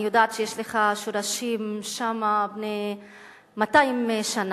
אני יודעת שיש לך שורשים שם, בני 200 שנה.